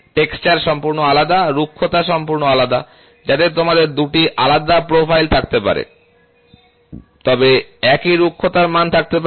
texture সম্পূর্ণ আলাদা রুক্ষতা সম্পূর্ণ আলাদা যাতে তোমাদের 2টি আলাদা প্রোফাইল থাকতে পারে তবে একই রুক্ষতার মান থাকতে পারে